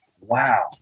wow